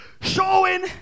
Showing